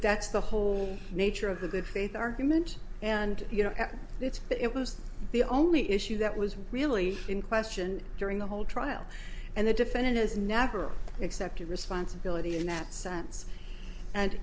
that's the whole nature of the good faith argument and you know it's that it was the only issue that was really in question during the whole trial and the defendant has never accepted responsibility in that sense and